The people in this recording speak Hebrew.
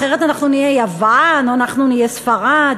אחרת אנחנו נהיה יוון או אנחנו נהיה ספרד.